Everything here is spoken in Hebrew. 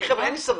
אין לי סבלנות.